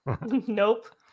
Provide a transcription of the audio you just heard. Nope